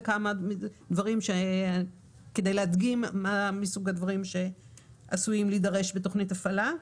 רק כמה דברים כדי להדגים איזה דברים עשויים להידרש בתוכנית הפעלה.